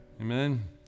Amen